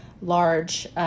large